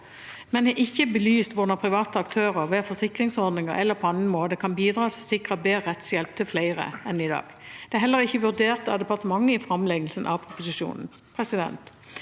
men har ikke belyst hvordan private aktører, ved forsikringsordninger eller på annen måte, kan bidra til å sikre bedre rettshjelp til flere enn i dag. Dette er heller ikke vurdert av departementet i framleggelsen av proposisjonen.